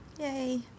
yay